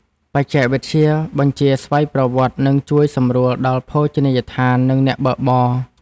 បច្ចេកវិទ្យាបញ្ជាស្វ័យប្រវត្តិ នឹងជួយសម្រួលដល់ភោជនីយដ្ឋាន និងអ្នកបើកបរ។